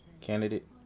candidate